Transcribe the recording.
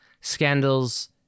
scandals